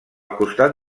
costat